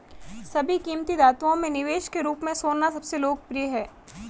सभी कीमती धातुओं में निवेश के रूप में सोना सबसे लोकप्रिय है